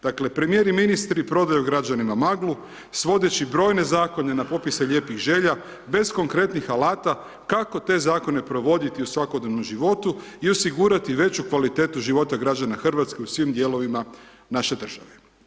Dakle, premijer i ministri prodaju građanima maglu svodeći brojne Zakone na popise lijepih želja, bez konkretnih alata, kako te Zakone provoditi u svakodnevnom životu i osigurati veću kvalitetu života građana RH u svim dijelovima naše države.